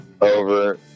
Over